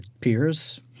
peers